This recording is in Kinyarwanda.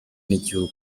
n’igihugu